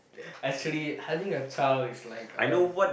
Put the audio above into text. actually having a child is like a